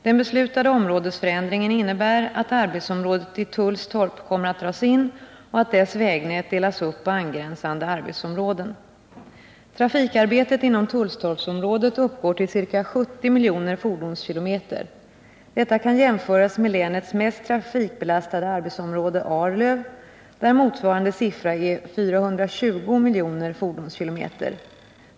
Den beslutade områdesförändringen innebär att arbetsområdet i Tullstorp kommer att dras in och att dess vägnät delas upp på angränsande arbetsområden. Trafikarbetet inom Tullstorpsområdet uppgår till ca 70 miljoner fordonskilometer. Detta kan jämföras med länets mest trafikbelastade arbetsområde, Arlöv, där motsvarande siffra är 420 miljoner fordonskilometer.